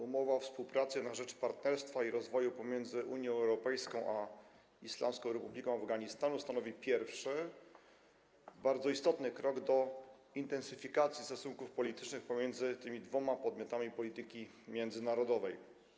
Umowa o współpracy na rzecz partnerstwa i rozwoju pomiędzy Unią Europejską a Islamską Republiką Afganistanu stanowi pierwszy bardzo istotny krok w kierunku intensyfikacji stosunków politycznych pomiędzy tymi dwoma podmiotami polityki międzynarodowej.